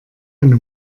eine